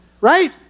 right